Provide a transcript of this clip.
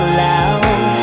loud